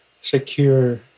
secure